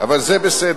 אבל זה בסדר.